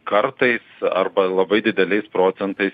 kartais arba labai dideliais procentais